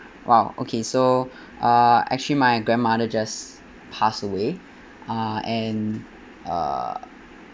!wow! okay so uh actually my grandmother just passed away uh and uh